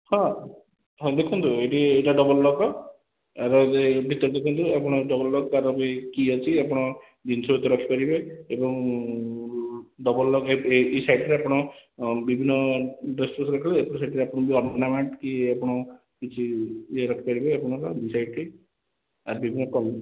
ହଁ ହଁ ଦେଖନ୍ତୁ ଏଇଠି ଏଇଟା ଡବଲ ଲକ୍ ଏହାର ଭିତରେ ଦେଖନ୍ତୁ ଆପଣଙ୍କର ଡବଲ ଲକ୍ ତାର ବି କୀ ଅଛି ଆପଣ ଜିନିଷପତ୍ର ବି ରଖିପାରିବେ ଏବଂ ଡବଲ ଲକ୍ ସାଇଡ଼୍ରେ ଆପଣ ବିଭିନ୍ନ ଡ୍ରେସ୍ ପତ୍ର ରଖିପାରିବେ ଏପଟ୍ ସାଇଡ଼୍ ଆପଣ ଅର୍ଣ୍ଣାମେଣ୍ଟ କି ଆପଣ କିଛି ଇଏ ରଖିପାରିବେ ଆପଣଙ୍କର ଦୁଇ ସାଇଡ଼୍ଟି ଆଉ ବିଭିନ୍ନ